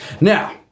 Now